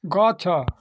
ଗଛ